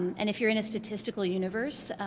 and if you're in a statistical universe,